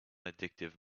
addictive